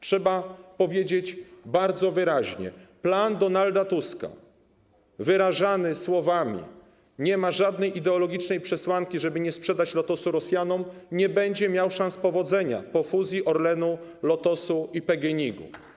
Trzeba powiedzieć bardzo wyraźnie - plan Donalda Tuska wyrażany słowami: nie ma żadnej ideologicznej przesłanki, żeby nie sprzedać Lotosu Rosjanom, nie będzie miał szans powodzenia po fuzji Orlenu, Lotosu i PGNiG-u.